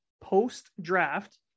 post-draft